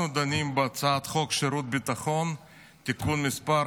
אנחנו דנים בהצעת חוק שירות ביטחון (תיקון מס'